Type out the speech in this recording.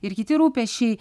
ir kiti rūpesčiai